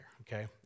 okay